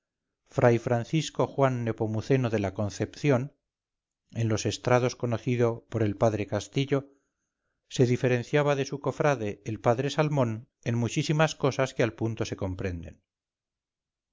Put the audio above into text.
fr francisco juan nepomuceno de la concepción en los estrados conocido por el padre castillo se diferenciaba de su cofrade el padre salmón en muchísimas cosas que al punto se comprenden